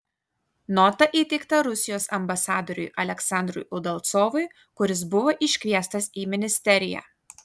nota įteikta rusijos ambasadoriui aleksandrui udalcovui kuris buvo iškviestas į ministeriją